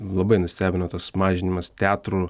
labai nustebino tas mažinimas teatrų